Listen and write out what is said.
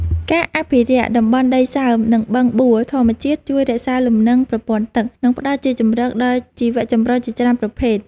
ការអភិរក្សតំបន់ដីសើម និងបឹងបួធម្មជាតិជួយរក្សាលំនឹងប្រព័ន្ធទឹក និងផ្ដល់ជាជម្រកដល់ជីវចម្រុះជាច្រើនប្រភេទ។